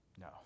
No